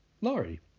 Laurie